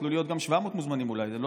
יכלו להיות גם 700 מוזמנים, אולי.